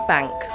Bank